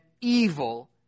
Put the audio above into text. evil